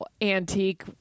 antique